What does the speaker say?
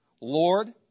Lord